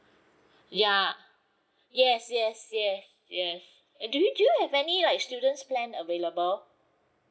ya yes yes yes yes and do you do you have any like students plan available